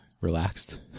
relaxed